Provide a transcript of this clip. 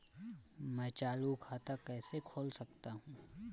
मैं चालू खाता कैसे खोल सकता हूँ?